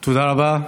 תודה רבה.